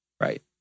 Right